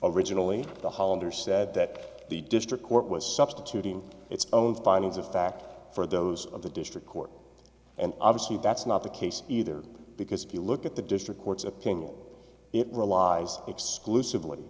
hollander said that the district court was substituting its own findings of fact for those of the district court and obviously that's not the case either because if you look at the district court's opinion it relies exclusively